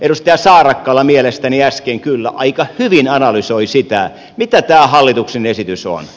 edustaja saarakkala mielestäni äsken kyllä aika hyvin analysoi sitä mitä tämä hallituksen esitys on